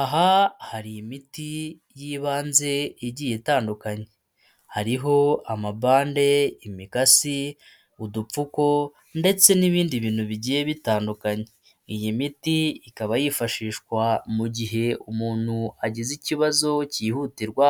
Aha hari imiti y'ibanze igiye itandukanye, hariho amabande, imikasi, udupfuko ndetse n'ibindi bintu bigiye bitandukanye, iyi miti ikaba yifashishwa mu gihe umuntu agize ikibazo cyihutirwa,